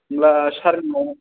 होनब्ला सारनाव